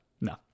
no